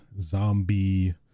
zombie